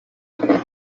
day